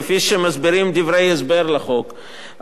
כפי שמסבירים דברי ההסבר לחוק,